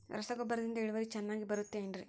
ರಸಗೊಬ್ಬರದಿಂದ ಇಳುವರಿ ಚೆನ್ನಾಗಿ ಬರುತ್ತೆ ಏನ್ರಿ?